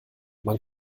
man